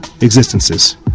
existences